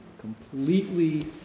completely